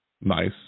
Nice